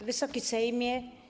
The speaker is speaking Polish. Wysoki Sejmie!